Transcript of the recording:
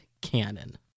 canon